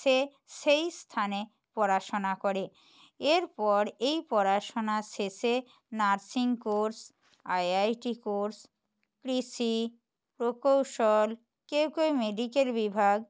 সে সেই স্থানে পড়াশোনা করে এরপর এই পড়াশোনা শেষে নার্সিং কোর্স আইআইটি কোর্স কৃষি প্রকৌশল কেউ কেউ মেডিকেল বিভাগ